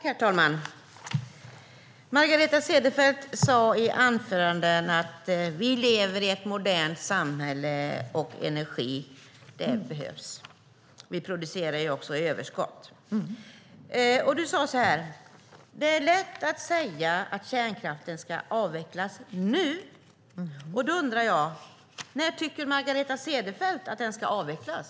Herr talman! Margareta Cederfelt sade i sitt anförande att vi lever i ett modernt samhälle och att energi behövs. Vi producerar ju även överskott av energi. Hon sade också att det är lätt att säga att kärnkraften ska avvecklas nu. Därför undrar jag när Margareta Cederfelt tycker att kärnkraften ska avvecklas.